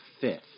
fifth